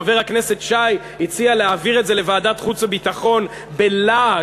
חבר הכנסת שי הציע להעביר את זה לוועדת החוץ והביטחון בלעג.